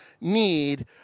need